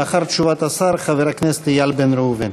לאחר תשובת השר, חבר הכנסת איל בן ראובן.